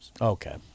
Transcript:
Okay